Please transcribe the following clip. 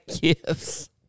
gifts